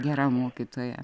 gera mokytoja